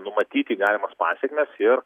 numatyti galimas pasekmes ir